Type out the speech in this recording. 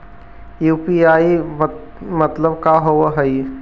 UPI मतलब का होब हइ?